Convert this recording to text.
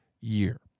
year